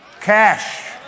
Cash